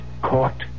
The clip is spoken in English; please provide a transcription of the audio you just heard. caught